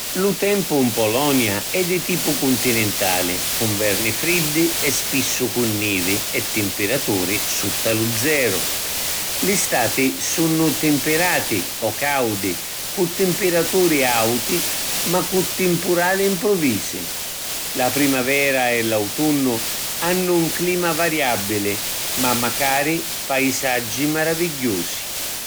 Lu tempu in Polonia è di tipu cuntinintali, cu nverni friddi e spissu cu nivi e timpiraturi sutta lu zeru. Li stati sunnu timpirati o caudi cu timpiraturi auti ma cu timpurali mpruvisi. La primavera e l’autunnu hannu ‘n clima variabili ma macari paisaggi maravigghiusi.